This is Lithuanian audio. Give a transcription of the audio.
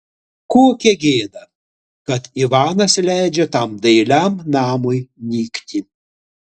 kokia gėda kad ivanas leidžia tam dailiam namui nykti